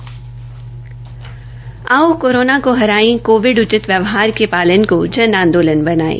आओ कोरोना को हराए कोविड उचित व्यवहार के पालन को जन आंदोलन बनायें